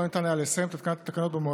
לא ניתן היה לסיים את התקנת התקנות במועד.